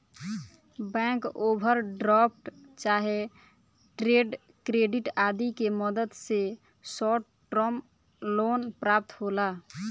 bank overdraft चाहे trade credit आदि के मदद से शॉर्ट टर्म लोन प्राप्त होला